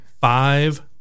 Five